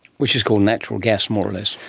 which is called natural gas, more or less.